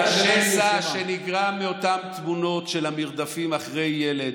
את השסע שנגרם מאותן תמונות של המרדפים אחרי ילד,